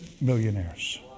millionaires